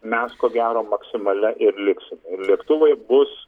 mes ko gero maksimalia ir liksim ir lėktuvai bus